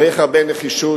צריך הרבה נחישות,